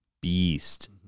beast